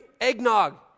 eggnog